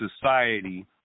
society